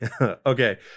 Okay